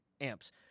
amps